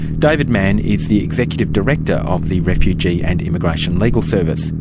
david manne is the executive director of the refugee and immigration legal service.